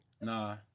Nah